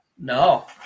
No